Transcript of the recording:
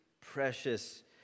precious